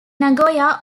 nagoya